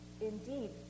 indeed